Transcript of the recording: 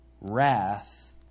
wrath